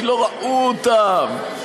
כי לא ראו אותם?